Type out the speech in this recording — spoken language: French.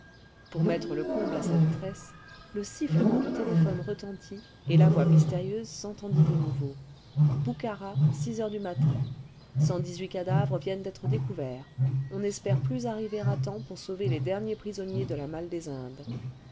pour mettre le comble à sa détresse le sifflement du téléphone retentit et la voix mystérieuse s'entendit de nouveau boukhara heures du matin cent dix-huit cadavres viennent d'être découverts on n'espère plus arriver à temps pour sauver les derniers prisonniers de la malle des indes